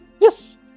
yes